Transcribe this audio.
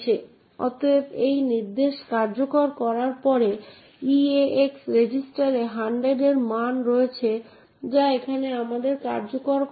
তাই অ্যাডমিনিস্ট্রেটর যেমন নির্দিষ্ট লিনাক্স বা ইউনিক্স সিস্টেমের রুট ব্যবহারকারী সিদ্ধান্ত নিতে পারে যে কোন বিশেষাধিকারগুলি মঞ্জুর বা প্রত্যাহার করা যেতে পারে